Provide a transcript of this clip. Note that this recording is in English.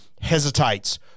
hesitates